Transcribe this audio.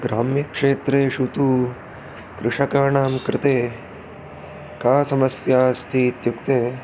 ग्राम्यक्षेत्रेषु तु कृषकाणां कृते का समस्या अस्ति इत्युक्ते